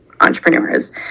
entrepreneurs